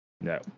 No